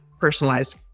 personalized